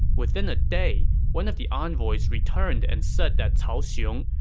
within a day, one of the envoys returned and said that cao xiong,